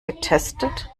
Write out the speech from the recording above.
getestet